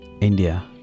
India